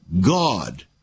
God